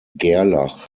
gerlach